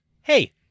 hey